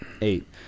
Eight